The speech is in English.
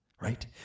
right